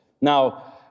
Now